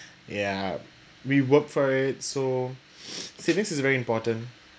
ya we work for it so savings is very important